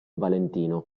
valentino